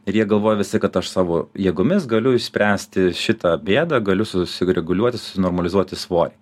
ir jie galvoja visąlaik kad aš savo jėgomis galiu išspręsti šitą bėdą galiu susireguliuoti susinormalizuoti svorį